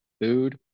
food